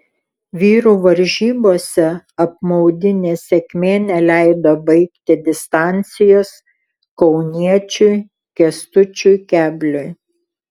vyrų varžybose apmaudi nesėkmė neleido baigti distancijos kauniečiui kęstučiui kebliui